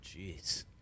jeez